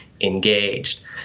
engaged